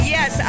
Yes